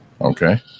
okay